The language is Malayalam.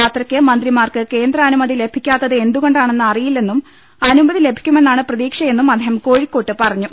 യാത്രയ്ക്ക് മന്ത്രിമാർക്ക് കേന്ദ്രാനുമതി ലഭിക്കാത്തത് എന്തുകൊണ്ടാണെന്ന് അറിയില്ലെ ന്നും അനുമതി ലഭിക്കുമെന്നാണ് പ്രതീക്ഷയെന്നും അദ്ദേഹം കോഴിക്കോട്ട് പറഞ്ഞു